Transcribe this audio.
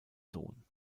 sohn